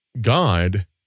God